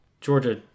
georgia